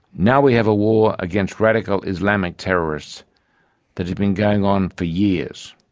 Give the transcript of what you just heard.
now we have a war against radical islamic terrorists that has been going on for years.